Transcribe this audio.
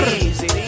easy